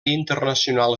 internacional